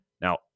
Now